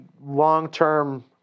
long-term